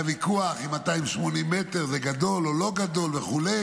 היה ויכוח אם 280 מ"ר זה גדול או לא גדול וכו',